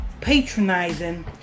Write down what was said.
patronizing